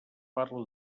parla